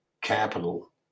capital